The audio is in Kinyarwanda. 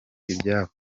ibyabo